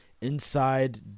Inside